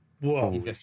Whoa